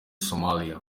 somalia